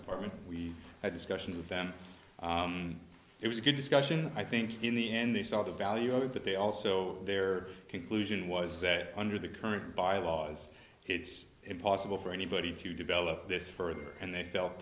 and we had discussions with them it was a good discussion i think in the end they saw the value of it but they also their conclusion was that under the current bylaws it's impossible for anybody to develop this further and they felt